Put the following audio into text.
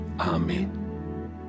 amen